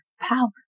power